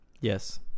Yes